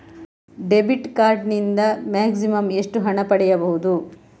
Debit card ನಿಂದ maximum ಎಷ್ಟು ಹಣ ಪಡೆಯಬಹುದು?